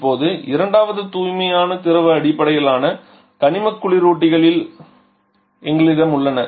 இப்போது இரண்டாவது தூய்மையான திரவ அடிப்படையிலான கனிம குளிரூட்டிகள் எங்களிடம் உள்ளன